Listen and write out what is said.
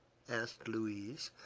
asked louise,